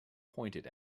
pointed